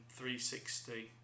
360